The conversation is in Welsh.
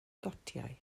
gotiau